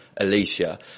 Alicia